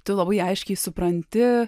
tu labai aiškiai supranti